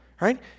right